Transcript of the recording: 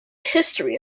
history